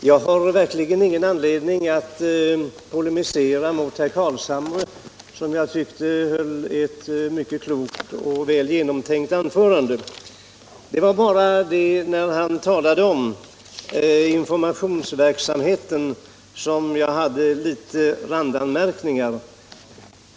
Herr talman! Jag har verkligen ingen anledning att polemisera mot herr Carlshamre, som höll ett mycket klokt och väl genomtänkt anförande. Det var bara när han talade om informationsverksamheten som jag fann anledning till några randanmärkningar.